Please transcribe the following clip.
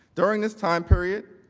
during this time period,